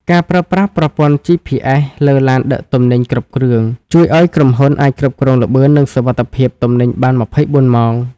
ការប្រើប្រាស់ប្រព័ន្ធ GPS លើឡានដឹកទំនិញគ្រប់គ្រឿង ជួយឱ្យក្រុមហ៊ុនអាចគ្រប់គ្រងល្បឿន និងសុវត្ថិភាពទំនិញបាន ២៤ ម៉ោង។